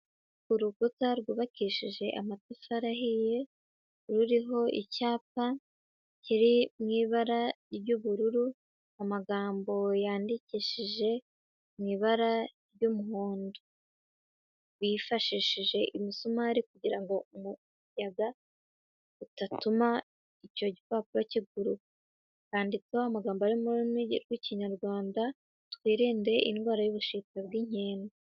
Urukuta rwubakishije amatafari ahiye, ruriho icyapa kiri mu ibara ry'ubururu, amagambo yandikishije mu ibara ry'umuhondo, bifashishije imisumari kugira ngo umuyaga utatuma icyo gipapu kiguruka, handitseho amagambo ari mu rurimi rw'Ikinyarwanda: Twirinde indwara y'ubushita bw'inkende.